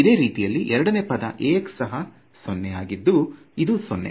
ಇದೆ ರೀತಿಯಲ್ಲಿ ಎರಡನೇ ಪದ Ax ಸಹ 0 ಆಗಿದ್ದು ಇದು 0